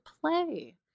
play